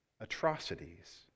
atrocities